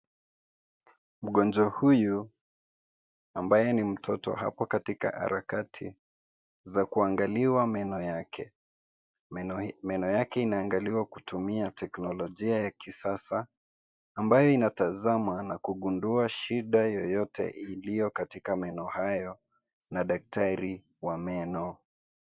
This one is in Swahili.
Mgonjwa huyu ambaye ni mtoto apo katika harakati za kuangaliwa meno yake. Meno yake inaangaliwa kutumia teknolojia ya kisasa ambayo inatazama na kugundua shida yoyote iliyo katika meno hayo na daktari wa meno.